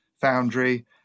foundry